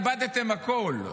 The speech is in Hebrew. איבדתם הכול.